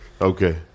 Okay